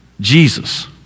Jesus